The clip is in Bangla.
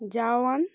জওয়ান